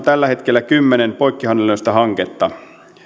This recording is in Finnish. tällä hetkellä kymmenen poikkihallinnollista hanketta